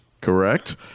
correct